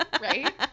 right